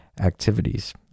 activities